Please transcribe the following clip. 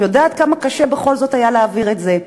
יודעת כמה קשה בכל זאת היה להעביר את זה,